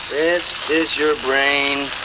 this is your brain